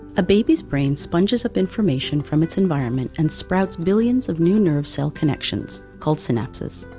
a baby's brain sponges up information from its environment and sprouts billions of new nerve cell connections, called synapses.